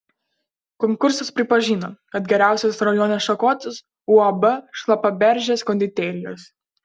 konkursas pripažino kad geriausias rajone šakotis uab šlapaberžės konditerijos